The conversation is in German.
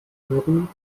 hören